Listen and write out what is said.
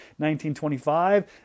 1925